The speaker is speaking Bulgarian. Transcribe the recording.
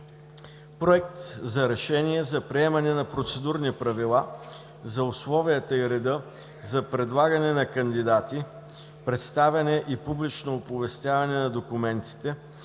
„Проект! РЕШЕНИЕ за приемане на процедурни правила за условията и реда за предлагане на кандидати, представяне и публично оповестяване на документите,